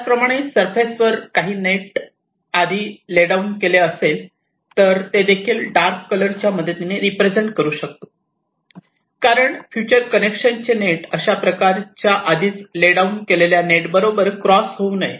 त्याचप्रमाणे सरफेस वर काही नेट आधी ले डाउन केले असते तर ते देखील डार्क कलर च्या मदतीने रिप्रेझेंट करू शकतो कारण फ्युचर कनेक्शनसाठी चे नेट अशा प्रकारच्या आधीच ले डाउन केलेल्या नेट बरोबर क्रॉस होऊ नये